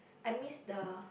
I miss the